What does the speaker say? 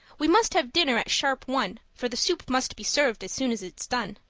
we must have dinner at sharp one, for the soup must be served as soon as it's done.